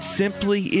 simply